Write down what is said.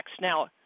Now